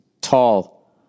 tall